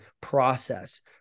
process